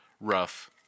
rough